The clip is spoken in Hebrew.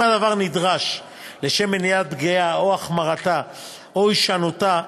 אם הדבר נדרש לשם מניעת פגיעה או החמרתה או הישנותה.